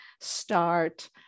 start